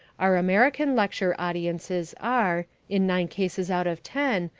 our american lecture audiences are, in nine cases out of ten,